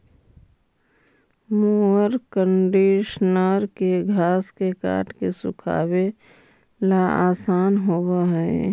mower conditioner के घास के काट के सुखावे ला आसान होवऽ हई